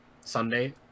Sunday